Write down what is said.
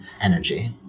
energy